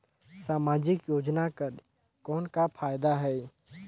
समाजिक योजना कर कौन का फायदा है?